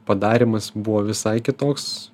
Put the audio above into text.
padarymas buvo visai kitoks